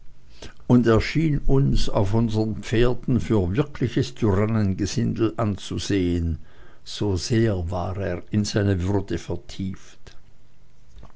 und er schien uns auf unseren pferden für wirkliches tyrannengesindel anzusehen so sehr war er in seine würde vertieft